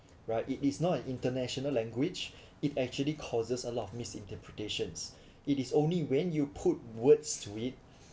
right it is not an international language it actually causes a lot of misinterpretations it is only when you put words to it